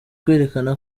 kwerekana